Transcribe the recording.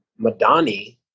Madani